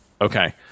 okay